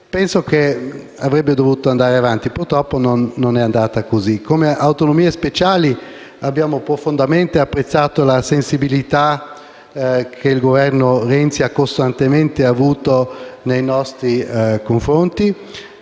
Penso che avrebbe dovuto andare avanti, ma purtroppo non è andata così. Come rappresentanti delle Autonomie speciali abbiamo profondamente apprezzato la sensibilità che il Governo Renzi ha costantemente avuto nei nostri confronti.